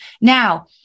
Now